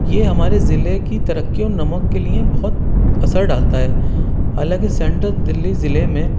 یہ ہمارے ضلعے کی ترقی اور نمو کے لیے بہت اثر ڈالتا ہے حالانکہ سینٹرل دلی ضلعے میں